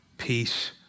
Peace